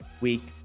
week